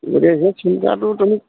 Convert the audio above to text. গতিকে সেই চিন্তাটো তুমি